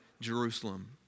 Jerusalem